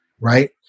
Right